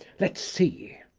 let's see.